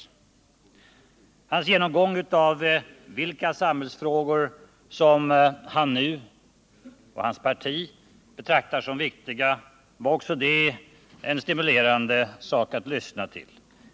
Thorbjörn Fälldins genomgång av vilka samhällsfrågor som han och hans parti betraktar som viktiga var också stimulerande att lyssna till.